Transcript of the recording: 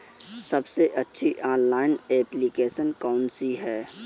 सबसे अच्छी online application कौन सी है?